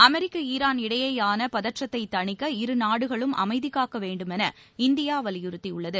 America Iran இடையேயான பதற்றத்தை தணிக்க இருநாடுகளும் அமைதிகாக்க வேண்டுமென இந்தியா வலியுறுத்தியுள்ளது